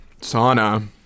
sauna